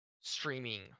streaming